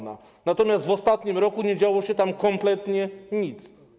Natomiast w ostatnim roku nie działo się tam kompletnie nic.